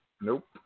Nope